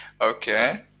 Okay